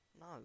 No